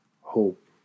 hope